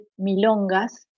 Milongas